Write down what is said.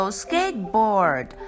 skateboard